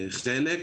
חלק.